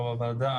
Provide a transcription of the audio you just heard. יושב-ראש הוועדה,